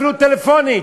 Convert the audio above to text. אפילו טלפונית,